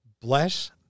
Bless